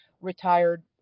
retired